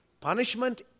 punishment